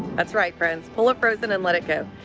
that's right, friends, pull a frozen and let it go.